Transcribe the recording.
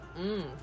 Mmm